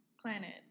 planet